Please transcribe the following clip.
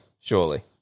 surely